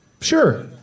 sure